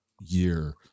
year